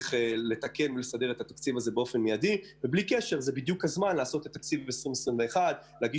זה בדיוק הזמן לעשות את התקציב ל-2021 ולהגיש